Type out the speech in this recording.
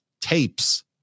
tapes